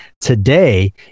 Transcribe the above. today